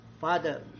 father